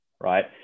right